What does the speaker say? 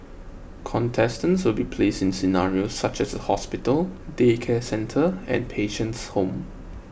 contestants will be placed in scenarios such as a hospital daycare centre and patient's home